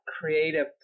creative